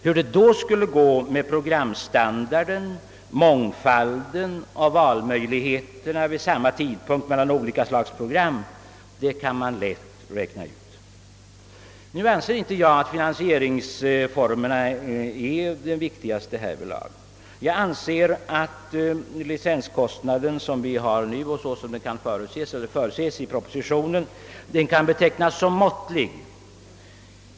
Hur det då skulle gå med programstandarden, mångfalden och valmöjligheterna mellan olika slags program vid samma tidpunkt kan man lätt räkna ut. Jag anser inte att finansieringsformerna är den viktigaste frågan. Den licenskostnad, som vi har nu och som förutses i propositionen, kan betecknas som måttlig.